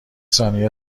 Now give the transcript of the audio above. ثانیه